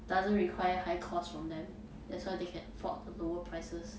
doesn't require high cost from them that's why they can afford to lower prices